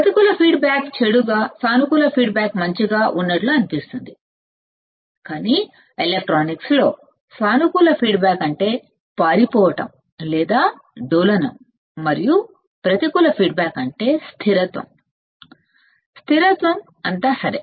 ప్రతికూల ఫీడ్బ్యాక్ చెడుగా సానుకూల ఫీడ్బ్యాక్ మంచిగా ఉన్నట్లు అనిపిస్తుంది కాని ఎలక్ట్రానిక్స్లో సానుకూల ఫీడ్బ్యాక్ అంటే రన్ అవేలేదా డోలనం మరియు ప్రతికూల ఫీడ్బ్యాక్ అంటే స్థిరత్వం స్థిరత్వం అంతా సరే